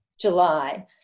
July